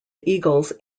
eagles